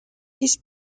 his